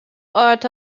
art